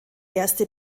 erste